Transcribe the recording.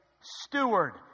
steward